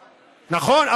נכון?